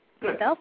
Good